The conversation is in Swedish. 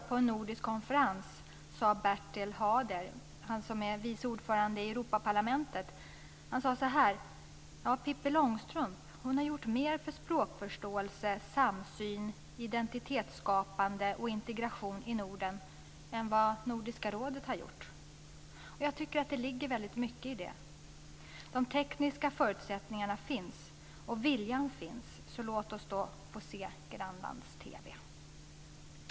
På en nordisk konferens i förrgår sade Bertel Haarder, vice ordförande i Europaparlamentet, så här: Pippi Långstrump har gjort mer för språkförståelse, samsyn, identitetskapande och integration i Norden än vad Nordiska rådet har gjort. Jag tycker att det ligger väldigt mycket i detta. De tekniska förutsättningarna finns, och viljan finns, så låt oss då få se grannlands-TV.